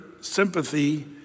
sympathy